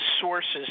sources